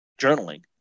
journaling